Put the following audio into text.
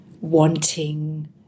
wanting